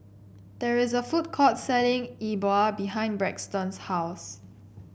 there is a food court selling Yi Bua behind Braxton's house